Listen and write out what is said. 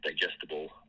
digestible